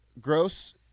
Gross